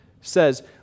says